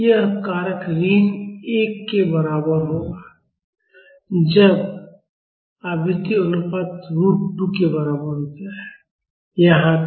यह कारक ऋण 1 के बराबर होगा जब आवृत्ति अनुपात रूट 2 के बराबर होता है यहाँ कहीं